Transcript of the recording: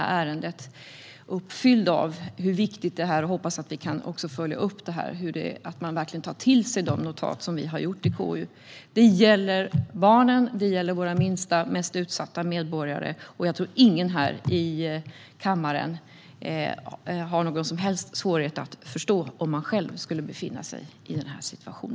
Jag är uppfylld av detta och hoppas att vi också kan följa upp att man verkligen tar till sig de notat som vi i KU har gjort. Det gäller barnen, våra minsta, som är våra mest utsatta medborgare. Jag tror ingen här i kammaren har någon som helst svårighet att förstå hur det skulle kännas om man själv befann sig i denna situation.